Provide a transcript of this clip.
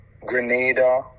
Grenada